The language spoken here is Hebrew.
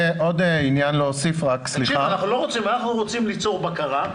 אנחנו רוצים ליצור בקרה,